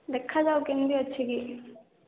ଦେଖାଯାଉ କେମିତି ଅଛି କି